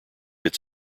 its